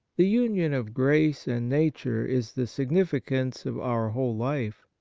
the union of grace and nature is the significance of our whole life.